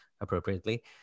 appropriately